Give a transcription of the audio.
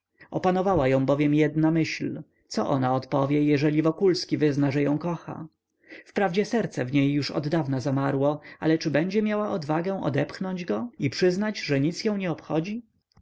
opanowała ją bowiem jedna myśl co ona odpowie jeżeli wokulski wyzna że ją kocha wprawdzie serce w niej już oddawna zamarło ale czy będzie miała odwagę odepchnąć go i przyznać że ją nic nie obchodzi